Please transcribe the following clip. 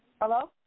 Hello